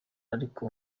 ariko